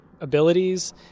abilities